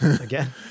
again